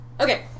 Okay